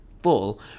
full